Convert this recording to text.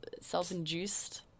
self-induced